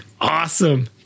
awesome